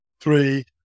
Three